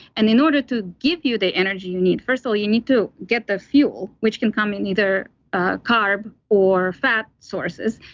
and in order to give you the energy you need, first of all, you need to get the fuel, which can come in either a carb or fat sources.